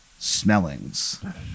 Smellings